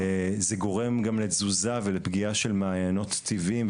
זה גורם גם לתזוזה ולפגיעה של מעיינות טבעיים,